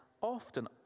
often